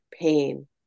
pain